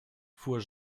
fuhr